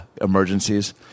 emergencies